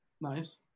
Nice